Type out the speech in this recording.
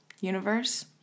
universe